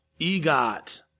egot